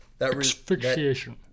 Asphyxiation